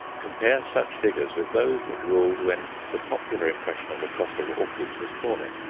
compare such figures with those that ruled when the popular impression of the cost of orchids was forming.